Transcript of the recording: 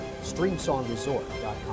Streamsongresort.com